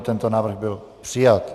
Tento návrh byl přijat.